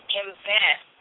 invest